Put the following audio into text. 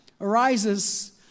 arises